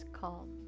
calm